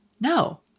no